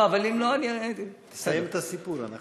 לא, אבל אם לא, אני, תסיים את הסיפור, אנחנו במתח.